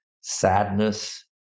sadness